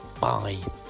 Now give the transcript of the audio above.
Bye